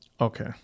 Okay